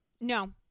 No